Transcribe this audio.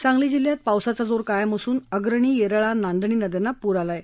सांगली जिल्ह्यात पावसाचा जोर कायम असून अग्रणी येरळा नांदणी नद्यांना पूर आला आहे